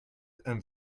and